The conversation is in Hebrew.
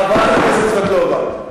חברת הכנסת סבטלובה.